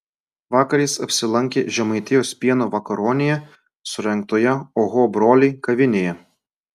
vakar jis apsilankė žemaitijos pieno vakaronėje surengtoje oho broliai kavinėje